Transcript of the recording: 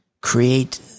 create